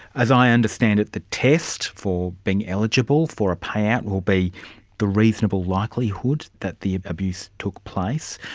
as i understand it, the test for being eligible for a payout will be the reasonable likelihood that the abuse took place.